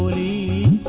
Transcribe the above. ie